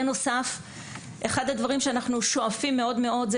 בנוסף אחד הדברים שאנחנו שואפים מאוד מאוד זה